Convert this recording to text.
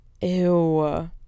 Ew